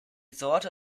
sorte